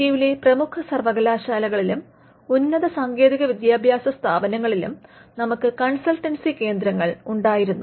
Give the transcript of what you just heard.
ഇന്ത്യയിലെ പ്രമുഖ സർവകലാശാലകളിലും ഉന്നതസാങ്കേതികവിദ്യാഭ്യാസ സ്ഥാപനങ്ങളിലും നമുക്ക് കൺസൾട്ടൻസി കേന്ദ്രങ്ങളും ഉണ്ടായിരുന്നു